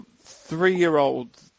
three-year-old